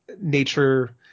nature